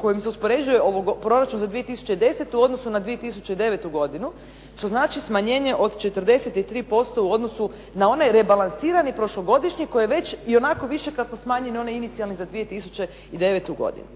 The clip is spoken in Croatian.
kojim se uspoređuje proračun za 2010. u odnosu na 2009. godinu što znači smanjenje od 43% u odnosu na onaj rebalansirani prošlogodišnji koji je već ionako višekratno smanjen na onaj inicijalni za 2009. godinu.